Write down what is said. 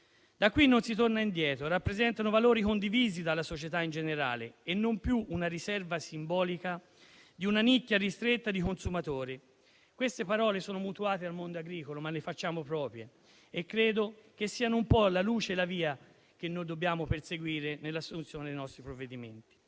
Da qui non si torna indietro. Essi rappresentano valori condivisi dalla società in generale e non più la riserva simbolica di una nicchia ristretta di consumatori. Queste parole sono mutuate dal mondo agricolo, ma le facciamo nostre e credo che siano la luce e la via che dobbiamo perseguire nell'assunzione dei nostri provvedimenti.